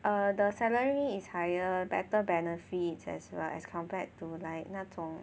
err the salary is higher better benefits as well as compared to like 那种